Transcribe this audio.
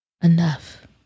Enough